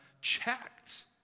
checked